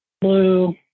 blue